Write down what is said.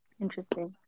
Interesting